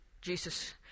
Jesus